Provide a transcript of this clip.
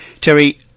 Terry